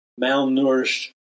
malnourished